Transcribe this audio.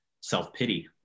self-pity